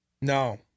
No